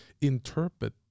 interpret